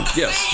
yes